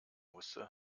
musste